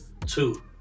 Two